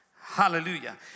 Hallelujah